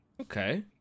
Okay